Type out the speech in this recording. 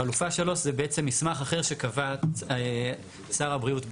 חלופה 3 זה בעצם מסמך אחר שקבע שר הבריאות בצו.